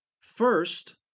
first